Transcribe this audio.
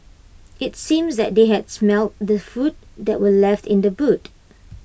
IT seems that they had smelt the food that were left in the boot